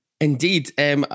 Indeed